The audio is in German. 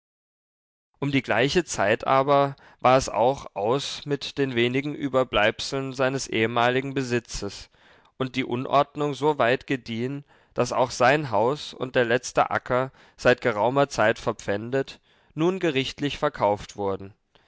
um die gleiche zeit aber war es auch aus mit den wenigen überbleibseln seines ehemaligen besitzes und die unordnung so weit gediehen daß auch sein haus und der letzte acker seit geraumer zeit verpfändet nun gerichtlich verkauft wurden